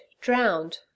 Drowned